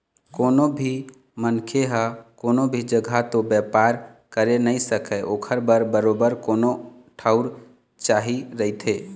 कोनो भी मनखे ह कोनो भी जघा तो बेपार करे नइ सकय ओखर बर बरोबर कोनो ठउर चाही रहिथे